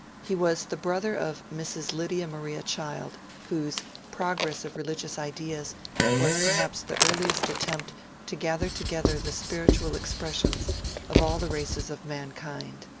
he was the brother of mrs. lydia maria child, whose pro gress of religious ideas was perhaps the earliest attempt to gather together the spiritual expressions of all the races of mankind.